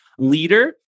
leader